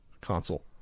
console